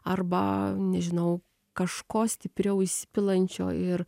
arba nežinau kažko stipriau įsipilančio ir